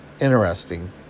interesting